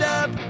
up